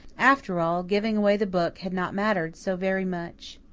after all, giving away the book had not mattered so very much.